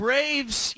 Braves